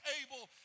able